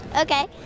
Okay